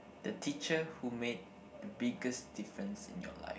the teacher who made the biggest difference in your life